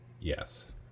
Yes